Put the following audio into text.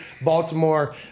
Baltimore